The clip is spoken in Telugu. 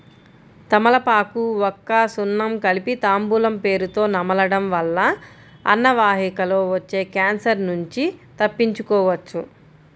తమలపాకు, వక్క, సున్నం కలిపి తాంబూలం పేరుతొ నమలడం వల్ల అన్నవాహికలో వచ్చే క్యాన్సర్ నుంచి తప్పించుకోవచ్చు